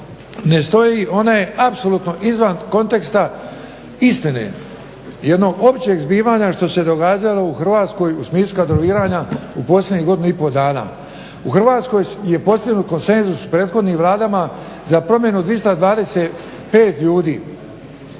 ne stoji, ona je apsolutno izvan konteksta istine jednog općeg zbivanja što se događalo u Hrvatskoj u smislu kadroviranja u posljednjih godinu i pol dana. U Hrvatskoj je postignut konsenzus u prethodnim vladama za promjenu 225 ljudi.